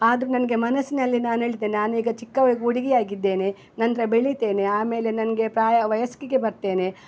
ಆದರೂ ನನಗೆ ಮನಸ್ಸಿನಲ್ಲಿ ನಾನು ಹೇಳ್ತೇನೆ ನಾನು ಈಗ ಚಿಕ್ಕವಳು ಹುಡುಗಿಯಾಗಿದ್ದೇನೆ ನಂತರ ಬೆಳೀತೇನೆ ಆಮೇಲೆ ನನಗೆ ಪ್ರಾಯ ವಯಸ್ಸಿಗೆ ಬರ್ತೇನೆ